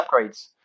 upgrades